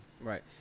Right